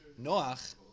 Noach